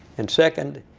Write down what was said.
and second,